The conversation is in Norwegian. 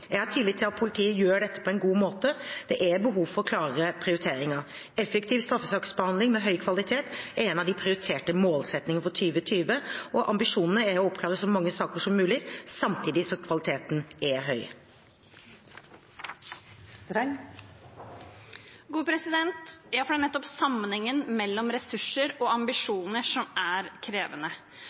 Jeg har tillit til at politiet gjør dette på en god måte. Det er behov for klare prioriteringer. Effektiv straffesaksbehandling med høy kvalitet er en av de prioriterte målsettingene for 2020. Ambisjonen er å oppklare så mange saker som mulig, samtidig som kvaliteten er høy. Ja – for det er nettopp sammenhengen mellom ressurser og ambisjoner som er krevende.